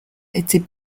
était